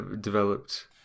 developed